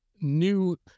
new